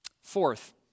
Fourth